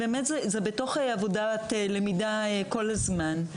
זה בעבודת למידה כל הזמן.